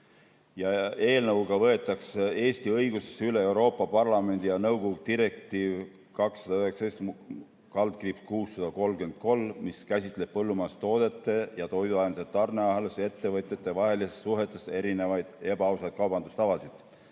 Eelnõuga võetakse Eesti õigusesse üle Euroopa Parlamendi ja nõukogu direktiiv 2019/633, mis käsitleb põllumajandustoodete ja toiduainete tarneahelas ettevõtjatevahelistes suhetes esinevaid ebaausaid kaubandustavasid.